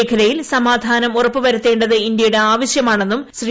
മേഖലയിൽ സമാധാനം ഉറപ്പ് വരുത്തേണ്ടത് ഇന്ത്യയുടെ ആവശ്യമാണെന്നും ശ്രീ